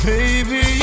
Baby